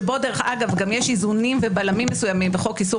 שבו אגב גם יש איזונים ובלמים בחוק איסור